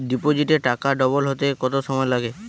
ডিপোজিটে টাকা ডবল হতে কত সময় লাগে?